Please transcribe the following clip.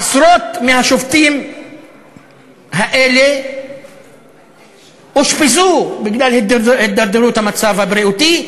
עשרות מהשובתים האלה אושפזו בגלל הידרדרות מצבם הבריאותי,